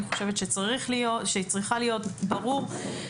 אני חושבת שהיא צריכה להיות ברורה.